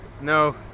No